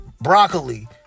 broccoli